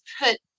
put